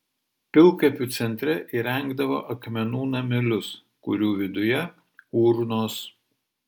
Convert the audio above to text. pilkapių centre įrengdavo akmenų namelius kurių viduje urnos